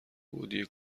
گودی